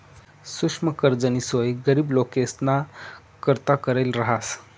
सुक्ष्म कर्जनी सोय गरीब लोकेसना करता करेल रहास